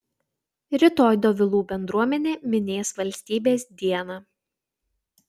rytoj dovilų bendruomenė minės valstybės dieną